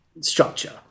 structure